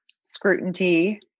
scrutiny